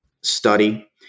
study